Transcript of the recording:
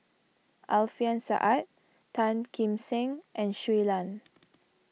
Alfian Sa'At Tan Kim Seng and Shui Lan